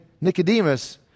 Nicodemus